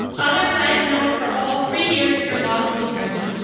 others i have known for all three years of your law school journey,